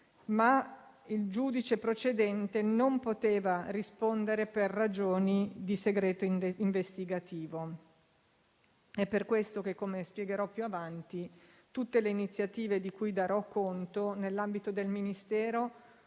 ma il giudice procedente non poteva rispondere per ragioni di segreto investigativo. È per questo che - come spiegherò più avanti - tutte le iniziative di cui darò conto nell'ambito del Ministero